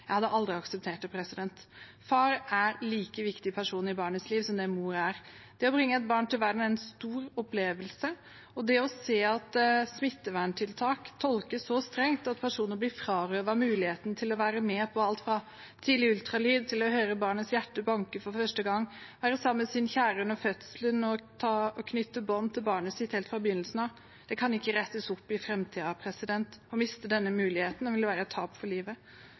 Jeg hadde aldri akseptert det. Far er en like viktig person i barnets liv som det mor er. Det å bringe et barn til verden er en stor opplevelse. Det at smitteverntiltak tolkes så strengt at personer blir frarøvet muligheten til å være med på alt fra tidlig ultralyd til å høre barnets hjerte banke for første gang, være sammen med sin kjære under fødselen og knytte bånd til barnet sitt helt fra begynnelsen av, kan ikke rettes opp i framtiden. Å miste den muligheten vil være et tap for livet.